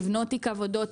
לבנות תיק עבודות,